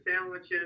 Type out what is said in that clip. sandwiches